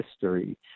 history